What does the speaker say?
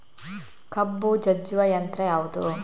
ಕಬ್ಬು ಜಜ್ಜುವ ಯಂತ್ರ ಯಾವುದು?